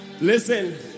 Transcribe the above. Listen